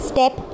Step